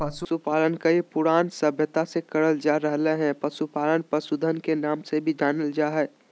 पशुपालन कई पुरान सभ्यता से करल जा रहल हई, पशुपालन पशुधन के नाम से भी जानल जा हई